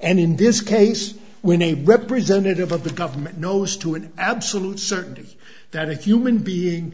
and in this case when a representative of the government knows to an absolute certainty that a human being